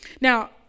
Now